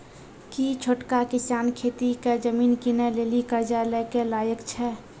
कि छोटका किसान खेती के जमीन किनै लेली कर्जा लै के लायक छै?